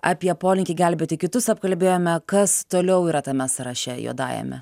apie polinkį gelbėti kitus apkalbėjome kas toliau yra tame sąraše juodajame